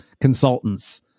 consultants